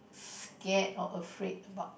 scared or afraid about